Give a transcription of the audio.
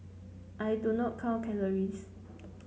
I do not count calories